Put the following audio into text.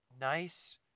nice